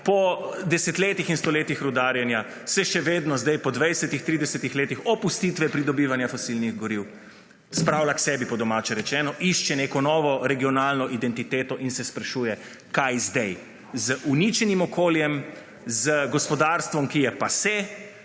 po desetletjih in stoletjih rudarjenja, se še vedno zdaj po dvajsetih, tridesetih letih opustitve pridobivanja fosilnih goriv, spravlja k sebi, po domače rečeno, išče neko novo regionalno identiteto in se sprašuje, kaj zdaj, z uničenim okoljem, z gospodarstvom, ki je pase,